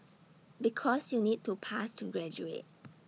because you need to pass to graduate